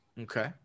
Okay